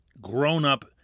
grown-up